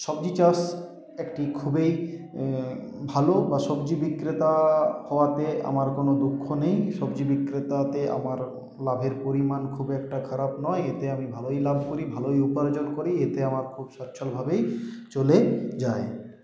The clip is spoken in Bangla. সবজি চাষ একটি খুবই ভালো বা সবজি বিক্রেতা হওয়াতে আমার কোনো দুঃখ নেই সবজি বিক্রেতাতে আমার লাভের পরিমাণ খুব একটা খারাপ নয় এতে আমি ভালোই লাভ করি ভালোই উপার্জন করি এতে আমার খুব সচ্ছলভাবেই চলে যায়